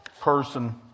person